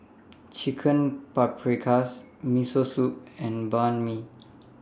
Chicken Paprikas Miso Soup and Banh MI